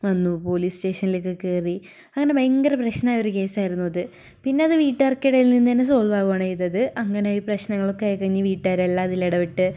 വന്നു പോലീസ് സ്റ്റേഷനിലൊക്കെ കയറി അങ്ങനെ ഭയങ്കര പ്രശ്നം ആയൊരു കേസായിരുന്നു അത് പിന്നെ അത് വീട്ടുകാർക്ക് ഇടയിൽ നിന്ന് തന്നെ സോൾവ് ആവുവാണ് ചെയ്തത് അങ്ങനെ പ്രശ്നങ്ങളൊക്കെ ആയികഴിഞ്ഞ് വീട്ടുകാരെല്ലാം അതിൽ ഇടപെട്ട്